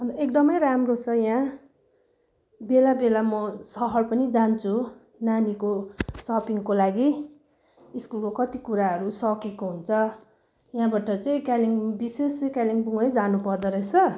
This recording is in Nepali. अन्त एकदमै राम्रो छ यहाँ बेला बेला म सहर पनि जान्छु नानीको सपिङको लागि स्कुलको कति कुराहरू सकिएको हुन्छ यहाँबाट चाहिँ कालिम्पोङ विशेष चाहिँ कालिम्पोङै जानु पर्दोरहेछ